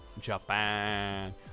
Japan